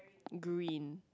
green